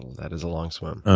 that is a long swim.